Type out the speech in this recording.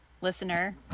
listener